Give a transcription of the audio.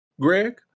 Greg